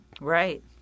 Right